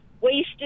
Wasted